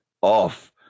off